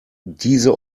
diese